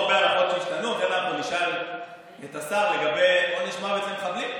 לכן אנחנו נשאל את השר לגבי עונש מוות למחבלים.